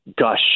gush